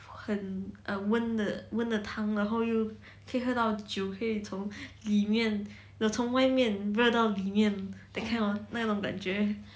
很温的温的汤然后又可以喝到酒可以从里面的从外面热到里面 that kind of 那种感觉